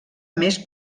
més